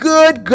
Good